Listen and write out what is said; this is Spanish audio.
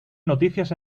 noticias